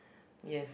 yes